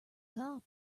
cop